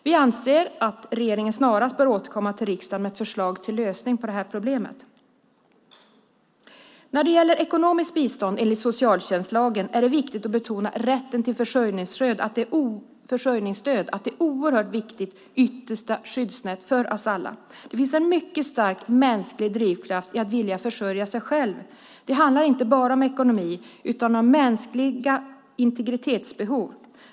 Vi anser att regeringen snarast bör återkomma till riksdagen med ett förslag till lösning på problemet. När det gäller ekonomiskt bistånd enligt socialtjänstlagen är det viktigt att betona att rätten till försörjningsstöd är ett oerhört viktigt yttersta skyddsnät för oss alla. Det finns en mycket stark mänsklig drivkraft i att vilja försörja sig själv. Det handlar inte bara om ekonomi utan också om mänskliga integritetsbehov.